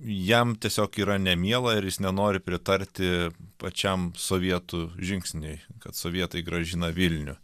jam tiesiog yra nemiela ir jis nenori pritarti pačiam sovietų žingsniui kad sovietai grąžina vilnių